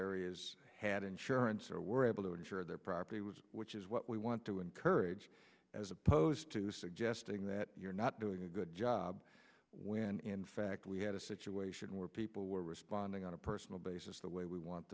areas had insurance or were able to insure their property was which is what we want to encourage as opposed to suggesting that you're not doing a good job when fact we had a situation where people were responding on a personal basis the way we want